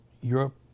Europe